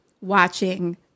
watching